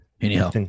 anyhow